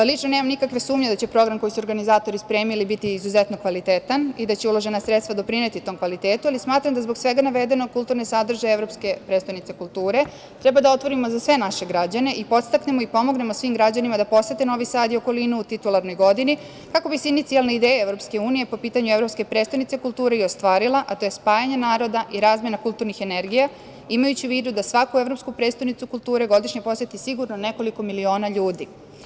Lično nemam nikakve sumnje da će program koji su organizatori spremili biti izuzetno kvalitetan i da će uložena sredstva doprineti tom kvalitetu, ali smatram da zbog svega navedenog kulturni sadržaj evropske prestonice kulture treba da otvorimo za sve naše građane i podstaknemo i pomognemo svim građanima da posete Novi Sad i okolinu u titularnoj godini, kako bi se inicijalna ideja EU po pitanju „Evropske prestonice kulture“ i ostvarila, a to je spajanje naroda i razmena kulturnih energija, imajući u vidu da svaku „Evropsku prestonicu kulture“ godišnje poseti sigurno nekoliko miliona ljudi.